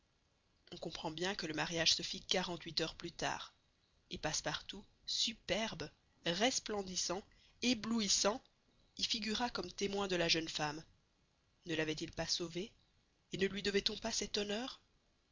on comprend bien que le mariage se fit quarante-huit heures plus tard et passepartout superbe resplendissant éblouissant y figura comme témoin de la jeune femme ne l'avait-il pas sauvée et ne lui devait-on pas cet honneur